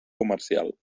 comercial